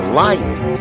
lying